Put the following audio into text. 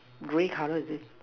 grey color is it